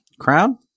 Crown